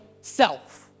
self